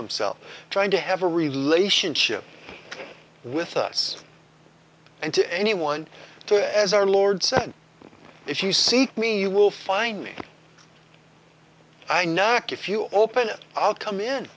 himself trying to have a relationship with us and to anyone to as our lord said if you see me you will find me i nak if you open it i'll come in